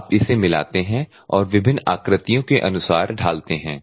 आप इसे मिलाते हैं और विभिन्न आकृतियों के अनुसार ढालते हैं